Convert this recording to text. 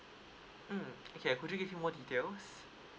mm okay could you give me more details